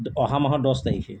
অহা মাহৰ দহ তাৰিখে